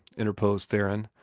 interposed theron.